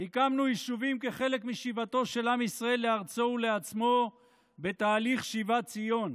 הקמנו יישובים כחלק משיבתו של עם ישראל לארצו ולעצמו בתהליך שיבת ציון,